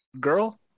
girl